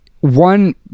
One